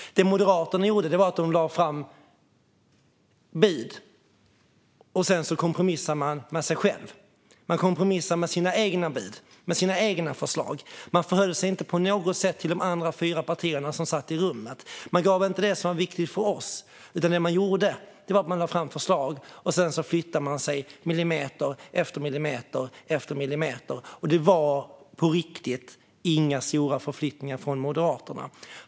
Det Moderaterna gjorde var att man lade fram bud och sedan kompromissade med sig själv. Man kompromissade med sina egna bud, sina egna förslag. Man förhöll sig inte på något sätt till de andra fyra partierna som satt i rummet. Man gav inte det som var viktigt för oss. Det man gjorde var att man lade fram förslag, och sedan flyttade man sig millimeter efter millimeter. Det var på riktigt inga stora förflyttningar från Moderaterna.